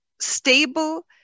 stable